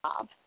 job